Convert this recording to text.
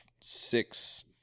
six